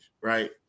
right